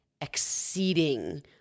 exceeding